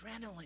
adrenaline